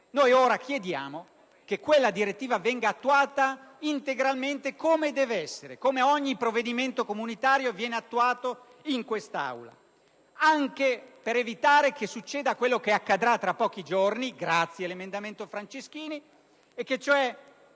noi ora chiediamo che la direttiva venga attuata integralmente, come deve essere, come ogni provvedimento comunitario che viene attuato in quest'Aula, anche per evitare che accada quanto potrebbe accadere fra pochi giorni, grazie all'emendamento Franceschini, e cioè